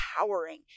empowering